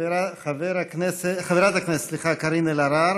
חברת הכנסת קארין אלהרר,